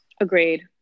agreed